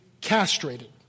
castrated